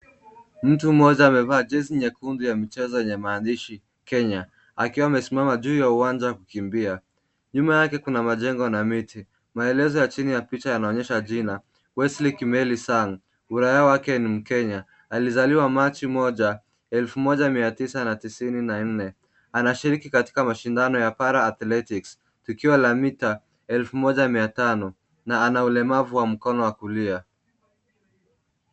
Mtu mmoja amevaa jezi nyekundu ya michezo yenye maandishi Kenya, akiwa amesimama juu ya uwanja wa kukimbia. Nyuma yake kuna majengo na miti. Maelezo ya chini ya picha yanaonyesha jina, Wesley Kimeli Sang. Uraia wake ni mkenya. Alizaliwa machi moja moja, elfu moja mia tisa na tisini na nne. Anashiriki katika mashindano ya Para Athletics tukio la mita elfu moja mia tano na ana ulemavu wa mkono wa kulia.